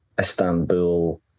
Istanbul